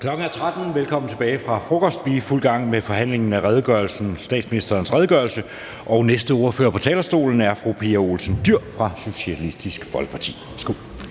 13.00. Velkommen tilbage fra frokost. Vi er i fuld gang med forhandlingen af statsministerens redegørelse, og den næste ordfører på talerstolen er fru Pia Olsen Dyhr fra Socialistisk Folkeparti.